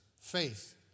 faith